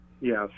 yes